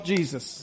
Jesus